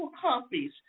copies